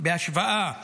בהשוואה